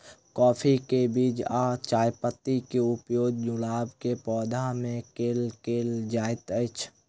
काफी केँ बीज आ चायपत्ती केँ उपयोग गुलाब केँ पौधा मे केल केल जाइत अछि?